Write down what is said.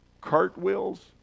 cartwheels